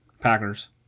Packers